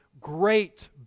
great